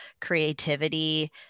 creativity